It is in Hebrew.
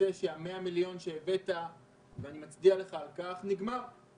שה-100 מיליון שהבאת, ואני מצדיע לך על כך, נגמר.